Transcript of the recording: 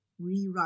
rewrite